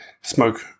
smoke